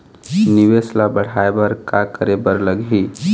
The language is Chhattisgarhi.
निवेश ला बढ़ाय बर का करे बर लगही?